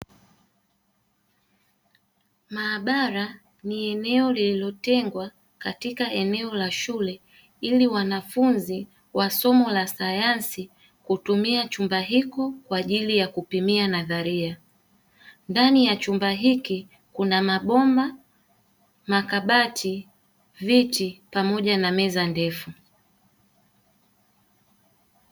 Maabara ni eneo lililotengwa katika eneo la shule ili wanafunzi wa somo la sayansi kutumia chumba hiku kwa ajili ya kupimia nadharia. Ndani ya chumba hiki kuna mabomba, makabati, viti pamoja na meza ndefu.